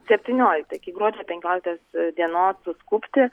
septyniolikta iki gruodžio penkioliktos dienos suskubti